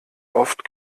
oft